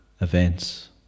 Events